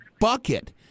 bucket